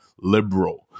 liberal